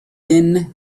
thin